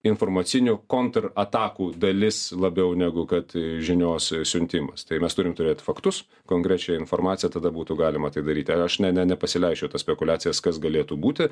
informacinių konter atakų dalis labiau negu kad žinios siuntimas tai mes turim turėt faktus konkrečią informaciją tada būtų galima tai daryti aš ne ne nepasileisčiau į tos spekuliacijas kas galėtų būti